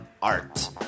art